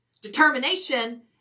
determination